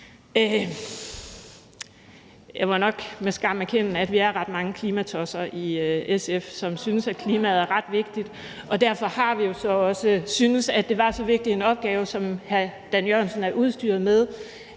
Jeg må nok med skam erkende, at vi er ret mange klimatosser i SF, som synes, at klimaet er ret vigtigt, og derfor har vi jo så også syntes, at det var så vigtig en opgave, som hr. Dan Jørgensen er udstyret med,